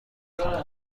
کنه